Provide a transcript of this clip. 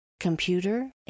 Computer